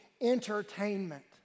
entertainment